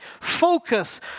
focus